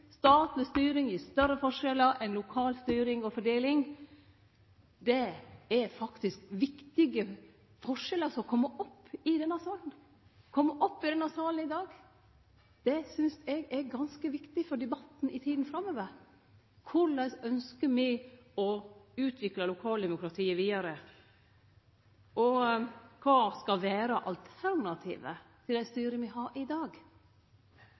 statleg styring gir større forskjellar enn lokal styring og fordeling. Det er faktisk viktige forskjellar som kjem fram i denne salen i dag. Det synest eg er ganske viktig for debatten i tida framover. Korleis ynskjer me å utvikle lokaldemokratiet vidare? Kva skal vere alternativet til det styret me har i dag?